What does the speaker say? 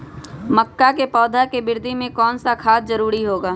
मक्का के पौधा के वृद्धि में कौन सा खाद जरूरी होगा?